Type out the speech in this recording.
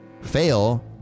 fail